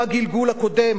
בגלגול הקודם,